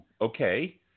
okay